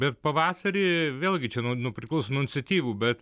bet pavasarį vėlgi čia nuo priklauso nuo iniciatyvų bet